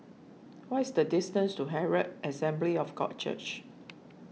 what is the distance to Herald Assembly of God Church